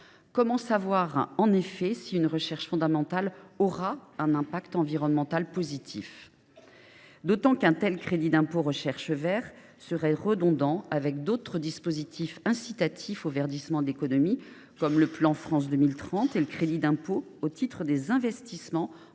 Comment savoir, en effet, si une recherche fondamentale aura un impact environnemental positif ? J’ajoute qu’un tel « crédit d’impôt recherche vert » serait redondant avec d’autres dispositifs incitatifs au verdissement de l’économie, comme le plan France 2030 et le crédit d’impôt au titre des investissements en faveur de